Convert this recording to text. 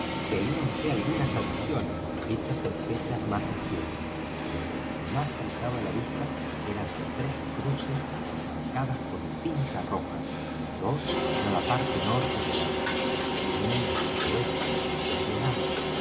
vigía veíanse algunas adiciones hechas en fecha más reciente pero lo que más saltaba á la vista eran tres cruces marcadas con tinta roja dos en la parte norte de la isla y una al sudoeste y además